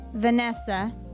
Vanessa